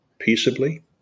peaceably